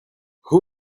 who